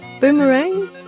Boomerang